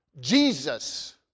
Jesus